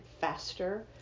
faster